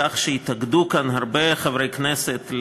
מרשימת חברי הכנסת,